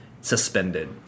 suspended